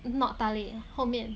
not 大力后面